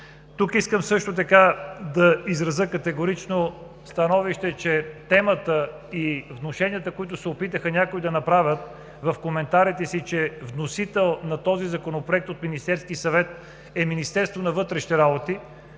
Тук искам също така да изразя категорично становище, че темата и внушенията, които се опитаха някои да направят в коментарите си, че вносител на този законопроект е Министерският съвет, е Министерството на вътрешните работи,